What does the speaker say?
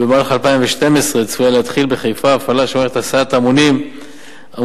במהלך 2012 צפויה להתחיל בחיפה הפעלה של מערכת הסעת המונים המבוססת